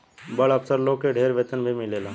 बड़ अफसर लोग के ढेर वेतन भी मिलेला